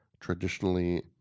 Traditionally